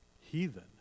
heathen